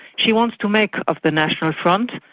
she wants to make of the national front,